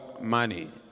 money